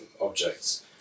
objects